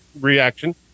reaction